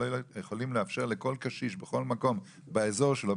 יכולים לאפשר לכל קשיש באזור שלו,